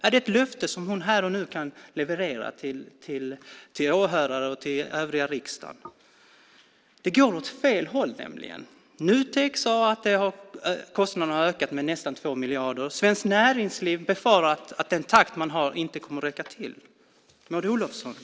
Är det ett löfte som hon här och nu kan leverera till åhörare och övriga riksdagen? Det går nämligen åt fel håll. Nutek har sagt att kostnaderna har ökat med nästan 2 miljarder. Svenskt Näringsliv befarar att nuvarande takt inte kommer att räcka till.